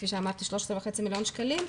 כפי שאמרתי, 13.5 מיליון שקלים,